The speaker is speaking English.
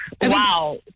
Wow